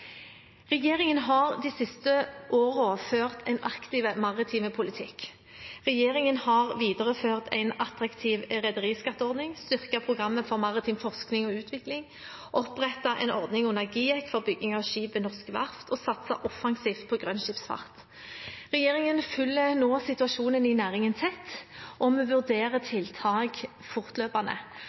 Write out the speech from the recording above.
Regjeringen har de siste årene ført en aktiv maritim politikk. Regjeringen har videreført en attraktiv rederiskatteordning, styrket programmet for maritim forskning og utvikling, opprettet en ordning under GIEK for bygging av skip ved norske verft og satset offensivt på grønn skipsfart. Regjeringen følger nå situasjonen i næringen tett, og vi vurderer tiltak fortløpende.